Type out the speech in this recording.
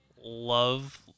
love